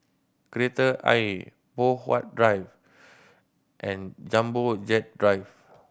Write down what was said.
Kreta Ayer Poh Huat Drive and Jumbo Jet Drive